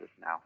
now